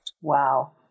Wow